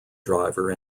driver